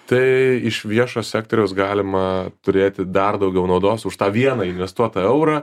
tai iš viešo sektoriaus galima turėti dar daugiau naudos už tą vieną investuotą eurą